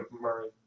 Murray